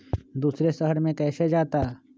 दूसरे शहर मे कैसे जाता?